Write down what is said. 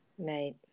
Right